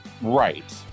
right